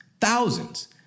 thousands